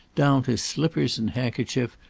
down to slippers and handkerchief,